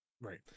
Right